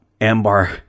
Ambar